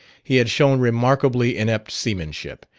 he had shown remarkably inept seamanship.